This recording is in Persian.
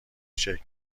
شکل